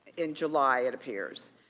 and july it appears.